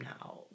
now